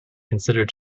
considered